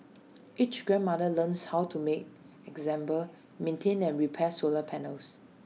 each grandmother learns how to make example maintain and repair solar panels